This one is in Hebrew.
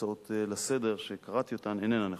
בהצעות לסדר-היום שקראתי, איננה נכונה.